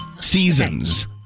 Seasons